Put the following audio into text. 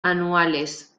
anuales